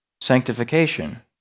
sanctification